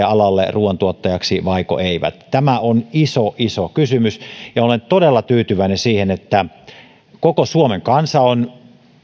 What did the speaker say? alalle ruuantuottajiksi vaiko eivät tämä on iso iso kysymys ja olen todella tyytyväinen siihen että koko suomen kansa on